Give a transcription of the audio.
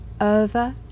over